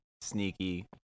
sneaky